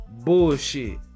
bullshit